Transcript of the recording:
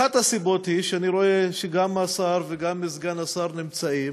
אחת הסיבות היא שאני רואה שגם השר וגם סגן השר נמצאים,